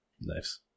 Nice